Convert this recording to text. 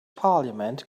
parliament